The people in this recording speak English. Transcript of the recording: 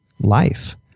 life